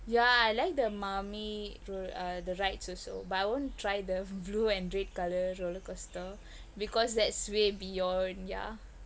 yeah I like the mummy ro~ the ride also but I won't try the blue and red colour roller coaster because that's way beyond and yeah